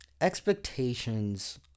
expectations